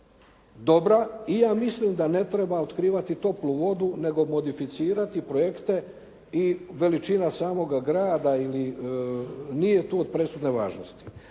dobra i ja mislim da ne treba otkrivati toplu vodu, nego modificirati projekte i veličina samoga grada nije tu od presudne važnosti.